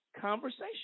conversation